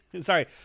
Sorry